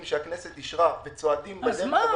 שהכנסת אישרה וצועדים --- אז מה?